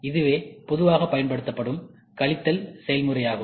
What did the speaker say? இதுவே பொதுவாக படுத்தப்படும் கழித்தல் செயல்முறை ஆகும்